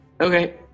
Okay